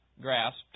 grasped